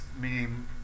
meaning